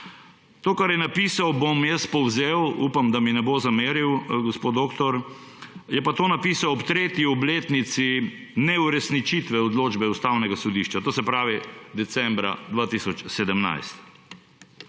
To, kar je napisal, bom jaz povzel – upam, da mi ne bo zameril gospod doktor –, je pa to napisal ob tretji obletnici neuresničitve odločbe Ustavnega sodišča, se pravi, decembra 2017.